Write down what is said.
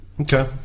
Okay